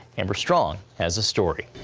amber strong has the story.